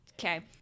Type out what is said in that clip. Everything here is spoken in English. okay